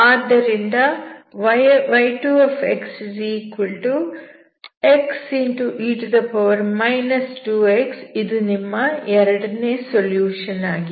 ಆದ್ದರಿಂದ y2xe 2x ಇದು ನಿಮ್ಮ ಎರಡನೇ ಸೊಲ್ಯೂಷನ್ ಆಗಿದೆ